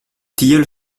tilleul